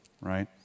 right